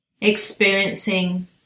experiencing